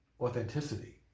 authenticity